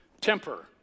Temper